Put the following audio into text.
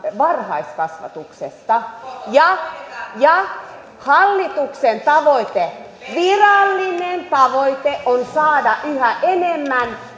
varhaiskasvatuksesta ja ja hallituksen virallinen tavoite on saada yhä enemmän